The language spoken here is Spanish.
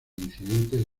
incidentes